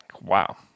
wow